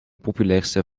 populairste